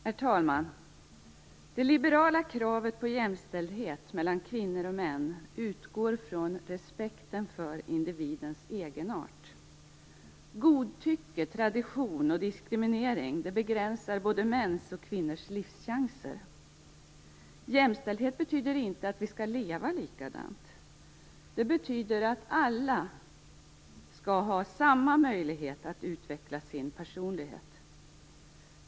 Herr talman! Det liberala kravet på jämställdhet mellan kvinnor och män utgår från respekten för individens egenart. Godtycke, tradition och diskriminering begränsar både mäns och kvinnors livschanser. Jämställdhet betyder inte att vi skall leva likadant. Det betyder att alla skall ha samma möjlighet att utveckla sin personlighet.